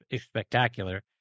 spectacular